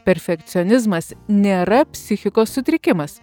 perfekcionizmas nėra psichikos sutrikimas